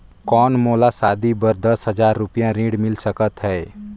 कौन मोला शादी बर दस हजार रुपिया ऋण मिल सकत है?